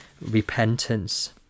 repentance